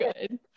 good